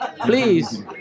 Please